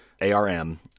ARM